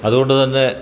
അതുകൊണ്ടു തന്നെ